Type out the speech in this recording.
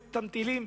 את אותם טילים,